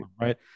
Right